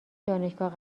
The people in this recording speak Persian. دانشگاه